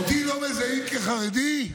אותי לא מזהים כחרדי?